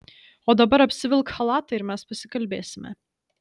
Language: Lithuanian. o dabar apsivilk chalatą ir mes pasikalbėsime